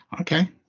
okay